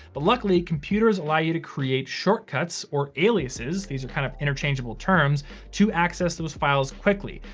but luckily computers allow you to create shortcuts or aliases. these are kind of interchangeable terms to access those files quickly.